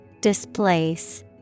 Displace